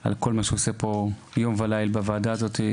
על כל מה שהוא עושה פה יום וליל בוועדה הזאת,